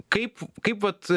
kaip kaip vat